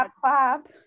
clap